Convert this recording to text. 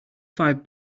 five